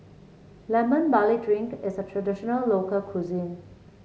Lemon Barley Drink is a traditional local cuisine